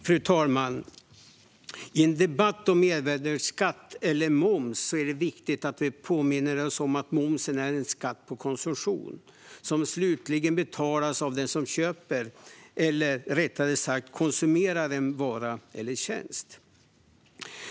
Fru talman! I en debatt om mervärdesskatt, eller moms, är det viktigt att vi påminner oss om att momsen är en skatt på konsumtion. Den betalas slutligen av den som köper eller rättare sagt konsumerar en vara eller tjänst.